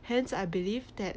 hence I believe that